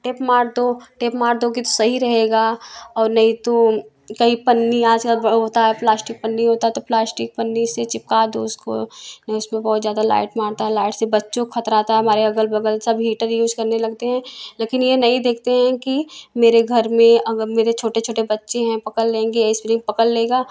tape मार दो tape मार दोगे तो सही रहेगा और नहीं तो कहीं पन्नी आज कल होता है प्लास्टिक पन्नी होता तो प्लास्टिक पन्नी से चिपका दो उसको नहीं उस पे बहुत ज़्यादा लाइट मारता है लाइट से बच्चों को खतरा आता है हमारे अगल बगल सब हीटर यूज करने लगते हैं लेकिन ये नहीं देखते हैं कि मेरे घर में अगर मेरे छोटे छोटे बच्चे हैं पकड़ लेंगे एस्प्रिंग पकड़ लेगा